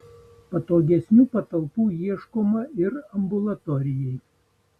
patogesnių patalpų ieškoma ir ambulatorijai